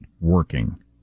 working